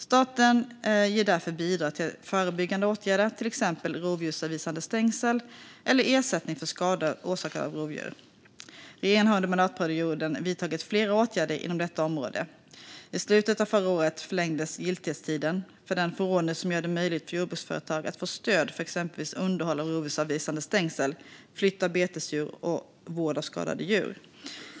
Staten ger därför bidrag till förebyggande åtgärder, till exempel rovdjursavvisande stängsel, eller ersättning för skador orsakade av rovdjur. Regeringen har under mandatperioden vidtagit flera åtgärder inom detta område. I slutet av förra året förlängdes giltighetstiden för den förordning som gör det möjligt för jordbruksföretag att få stöd för exempelvis underhåll av rovdjursavvisande stängsel, flytt av betesdjur och vård av skadade djur.